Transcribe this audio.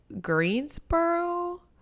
Greensboro